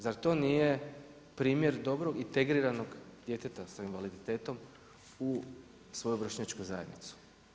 Zar to nije primjer dobro integriranog djeteta sa invaliditetom u svoju vršnjačku zajednicu.